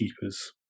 keepers